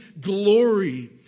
glory